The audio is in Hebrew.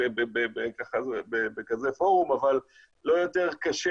לא קשה